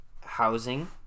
housing